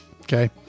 Okay